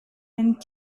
and